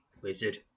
wizard